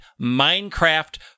Minecraft